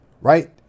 Right